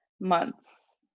months